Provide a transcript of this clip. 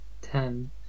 Ten